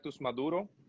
Maduro